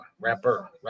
rapper